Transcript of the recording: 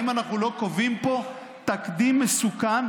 האם אנחנו לא קובעים פה תקדים מסוכן?